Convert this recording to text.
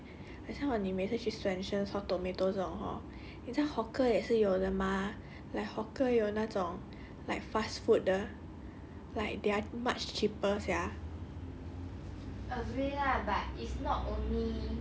but hor 你不会觉得 hor 那些 restaurant 的东西都很 overpriced meh 好像 hor 你每次去 swensen's hot tomato 这种 hor hawker 也是有的 mah like hawker 有那种 like fast food 的 like they are much cheaper sia